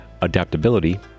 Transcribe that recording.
adaptability